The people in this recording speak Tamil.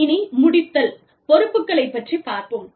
இனி முடித்தல் பொறுப்புகளைப் பற்றிப் பார்ப்போம்